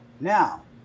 Now